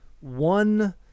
one